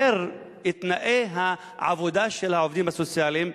את תנאי העבודה של העובדים הסוציאליים,